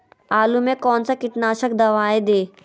आलू में कौन सा कीटनाशक दवाएं दे?